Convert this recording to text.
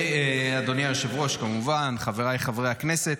אדוני היושב-ראש, חבריי חברי הכנסת,